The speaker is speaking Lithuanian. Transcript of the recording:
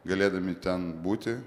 galėdami ten būti